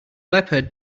leopard